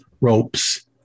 Ropes